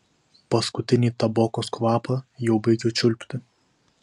paskutinį tabokos kvapą jau baigiu čiulpti